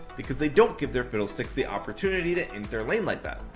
because they don't give their fiddlesticks the opportunity to int their lane like that.